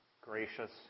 gracious